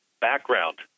background